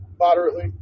moderately